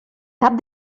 cap